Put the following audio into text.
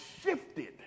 shifted